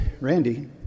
Randy